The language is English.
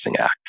act